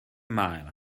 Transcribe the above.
mile